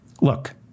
Look